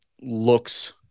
looks